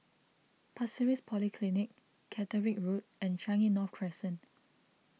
Pasir Ris Polyclinic Caterick Road and Changi North Crescent